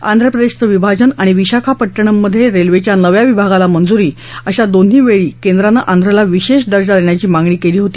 आंध्र प्रदेशचं विभाजन आणि विशाखापट्टणममध्ये रेल्वेच्या नव्या विभागाला मंजुरी अशा दोन प्रसंगी केद्रानं आंध्रला विशेष दर्जा देण्याची घोषणा केली होती